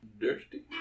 Dirty